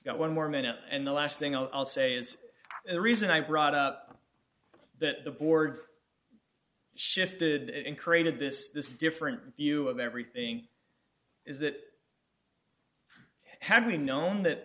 got one more minute and the last thing i'll say is the reason i brought up that the board shifted and created this this different view of everything is that having known that